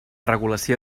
regulació